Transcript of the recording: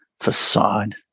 facade